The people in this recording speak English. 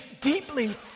deeply